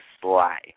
sly